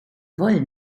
wollen